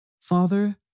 Father